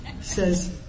Says